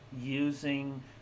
using